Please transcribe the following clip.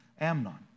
Amnon